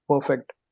perfect